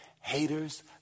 Haters